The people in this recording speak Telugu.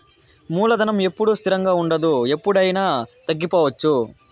మూలధనం ఎప్పుడూ స్థిరంగా ఉండదు ఎప్పుడయినా తగ్గిపోవచ్చు